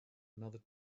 another